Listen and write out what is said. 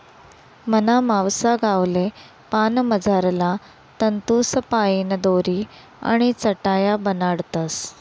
मना मावसा गावले पान मझारला तंतूसपाईन दोरी आणि चटाया बनाडतस